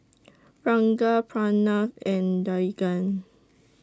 Ranga Pranav and Dhyan